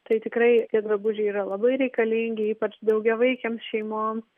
tai tikrai tie drabužiai yra labai reikalingi ypač daugiavaikėms šeimoms